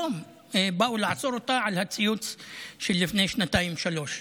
היום באו לעצור אותה על ציוץ מלפני שנתיים-שלוש.